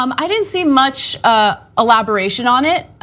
um i didn't see much ah collaboration on it,